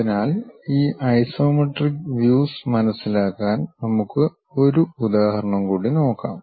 അതിനാൽ ഈ isometric views മനസിലാക്കാൻ നമുക്ക് ഒരു ഉദാഹരണം കൂടി നോക്കാം